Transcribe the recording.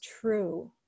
true